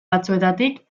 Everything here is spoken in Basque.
batzuetatik